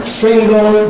single